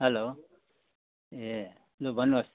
hello ए लु भन्नुहोस्